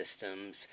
systems